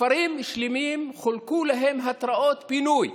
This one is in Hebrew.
לכפרים שלמים חולקו התראות פינוי.